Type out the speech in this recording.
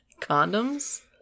Condoms